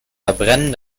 verbrennen